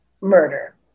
murder